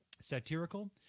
satirical